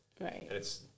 Right